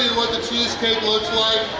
what the cheesecake looks like!